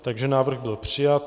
Takže návrh byl přijat.